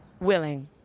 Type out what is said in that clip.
Willing